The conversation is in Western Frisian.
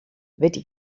witte